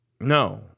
No